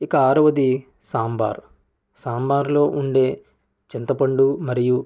ఇక ఆరవది సాంబార్ సాంబార్లో ఉండే చింతపండు మరియు